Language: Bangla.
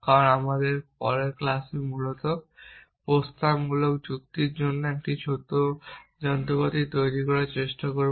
সুতরাং আমরা পরের ক্লাসে মূলত প্রস্তাবমূলক যুক্তির জন্য একটি ছোট যন্ত্রপাতি তৈরি করার চেষ্টা করব